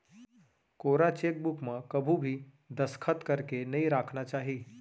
कोरा चेकबूक म कभू भी दस्खत करके नइ राखना चाही